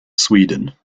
sweden